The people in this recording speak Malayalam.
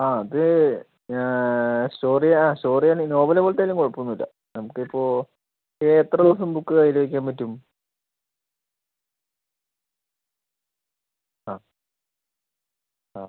ആ അത് സ്റ്റോറിയാണ് നോവൽ പോലെത്തെയായാലും കുഴപ്പമൊന്നുമില്ല നമുക്ക് ഇപ്പോൾ എത്ര ദിവസം ബുക്ക് കയ്യിൽ വെക്കാൻ പറ്റും ആ ആ